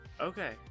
Okay